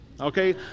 Okay